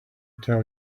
tell